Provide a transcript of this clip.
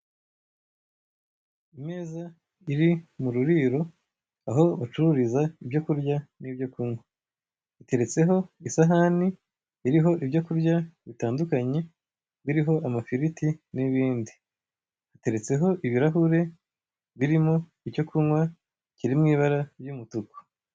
Imeza iri mu ruriro, aho bacururiza ibyo kurya n'ibyo kunywa, iteretseho ibyo kurya bitandukanye birimo amafiriti n'ibindi. Iteretseho ibirahure birimo icyo kunywa kiri mu ibara ry'umutuku.